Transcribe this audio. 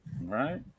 right